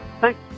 Thanks